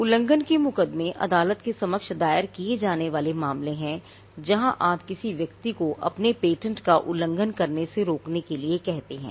उल्लंघन के मुकदमे अदालत के समक्ष दायर किए जाने वाले मामले हैं जहां आप किसी व्यक्ति को अपने पेटेंट का उल्लंघन करने से रोकने के लिए कहते हैं